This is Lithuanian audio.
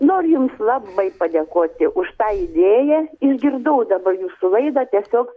noriu jums labai padėkoti už tą idėją išgirdau dabar jūsų laidą tiesiog